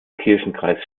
kirchenkreis